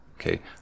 okay